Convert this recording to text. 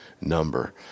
number